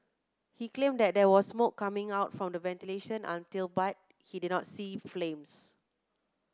he claimed that there was smoke coming out from the ventilation util but he did not see flames